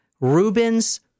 Ruben's